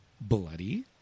bloody